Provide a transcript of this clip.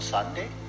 Sunday